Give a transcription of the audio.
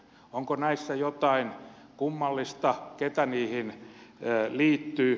onko näissä jotain kummallista keitä niihin liittyy